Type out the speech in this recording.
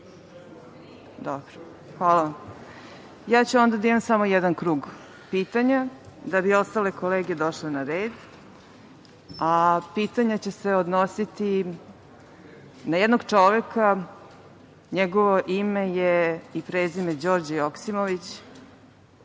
Dobro, hvala vam. Ja ću onda samo da imam samo jedan krug pitanja da bi ostale kolege došle na red, a pitanja će se odnositi na jednog čoveka. Njegovo ime i prezime je Đorđe Joksimović.